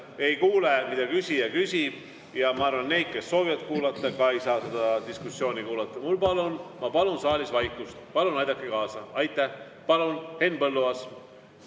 Ei kuule, mida küsija küsib, ja ma arvan, et need, kes soovivad kuulata, ei saa seda diskussiooni kuulata. Palun saalis vaikust! Palun aidake kaasa! Aitäh! Palun, Henn Põlluaas!